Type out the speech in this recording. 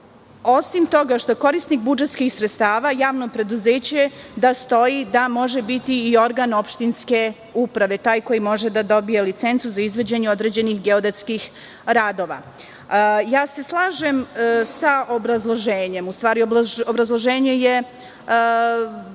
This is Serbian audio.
osim toga što je korisnik budžetskih sredstava javno preduzeće, stoji da može biti i organ opštinske uprave, taj koji može da dobije licencu za izvođenje određenih geodetskih radova. Slažem se sa obrazloženjem. Obrazloženje je